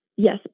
Yes